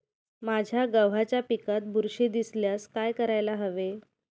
माझ्या गव्हाच्या पिकात बुरशी दिसल्यास काय करायला हवे?